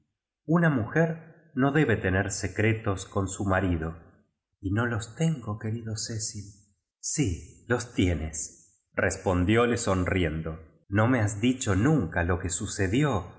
una mujer ito deh tener se cretos ton m marido t no los tengo querido ceríl sí los tienesrespondióle sonriendo no me has dicho nunca lo que sucedió